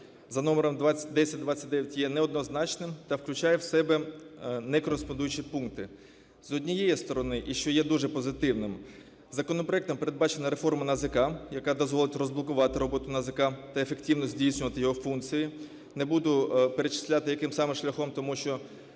за номером 1029 є неоднозначним та включає в себе некореспондуючі пункти. З однієї сторони, і що є дуже позитивним, законопроектом передбачена реформа НАЗК, яка дозволить розблокувати роботу НАЗК та ефективно здійснювати його функції. Не буду перечисляти, яким саме шляхом, тому що